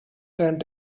tempt